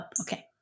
okay